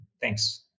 Thanks